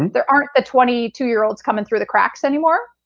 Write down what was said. there aren't the twenty two year olds coming through the cracks anymore.